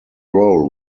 role